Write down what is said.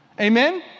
Amen